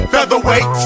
Featherweight